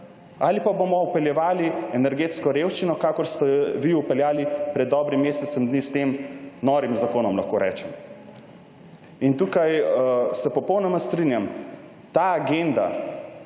ali pa bomo vpeljevali energetsko revščino, kakor ste jo vi vpeljali pred dobrim mesecem dni s tem norim zakonom, lahko rečem. Tukaj se popolnoma strinjam, ta agenda